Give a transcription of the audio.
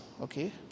Okay